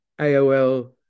aol